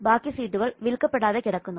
ബാക്കി സീറ്റുകൾ വിൽക്കപ്പെടാതെ കിടക്കുന്നു